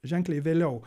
ženkliai vėliau